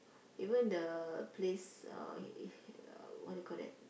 even the place uh what you call that